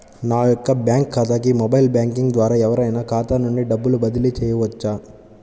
నా యొక్క బ్యాంక్ ఖాతాకి మొబైల్ బ్యాంకింగ్ ద్వారా ఎవరైనా ఖాతా నుండి డబ్బు బదిలీ చేయవచ్చా?